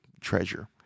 treasure